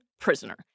prisoner